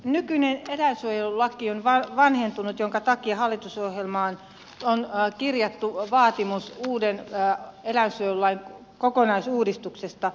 nykyinen eläinsuojelulaki on vanhentunut minkä takia hallitusohjelmaan on kirjattu vaatimus uuden eläinsuojelulain kokonaisuudistuksesta